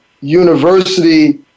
University